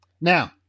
Now